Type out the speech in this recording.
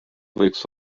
võiks